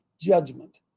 judgment